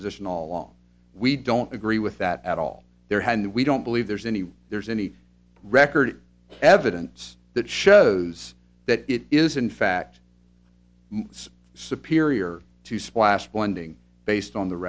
position all along we don't agree with that at all their hand we don't believe there's any there's any record of evidence that shows that it is in fact sapir year to splash blending based on the